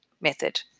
method